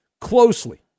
closely